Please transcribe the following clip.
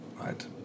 right